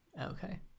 Okay